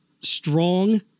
strong